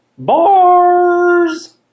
BARS